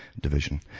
Division